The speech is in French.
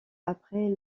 après